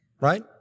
right